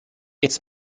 its